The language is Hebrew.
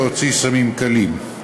להוציא סמים קלים.